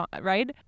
right